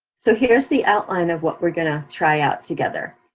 so here's the outline of what we're gonna try out together.